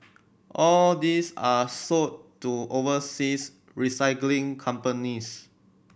all these are sold to overseas recycling companies